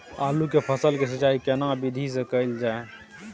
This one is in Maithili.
आलू के फसल के सिंचाई केना विधी स कैल जाए?